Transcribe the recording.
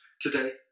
today